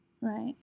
Right